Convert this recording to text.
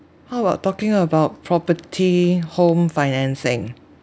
how about talking about property home financing